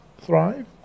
thrive